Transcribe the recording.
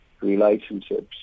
relationships